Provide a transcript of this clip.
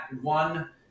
one